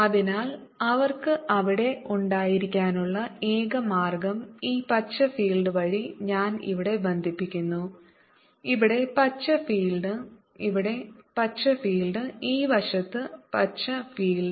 അതിനാൽ അവർക്ക് അവിടെ ഉണ്ടായിരിക്കാനുള്ള ഏക മാർഗ്ഗം ഈ പച്ച ഫീൽഡ് വഴി ഞാൻ ഇവിടെ ബന്ധിപ്പിക്കുന്നു ഇവിടെ പച്ച ഫീൽഡ് ഇവിടെ പച്ച ഫീൽഡ്ഈ വശത്ത് പച്ച ഫീൽഡ്